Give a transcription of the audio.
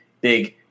big –